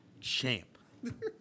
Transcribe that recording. champ